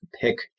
Pick